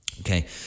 okay